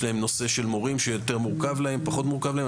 להם נושא של מורים שהוא יותר מורכב להם או פחות מורכב להם,